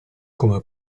come